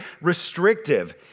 restrictive